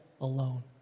alone